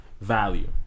value